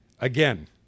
Again